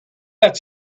that